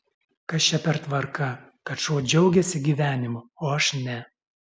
kas čia per tvarka kad šuo džiaugiasi gyvenimu o aš ne